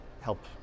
help